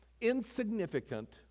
insignificant